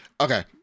Okay